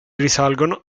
risalgono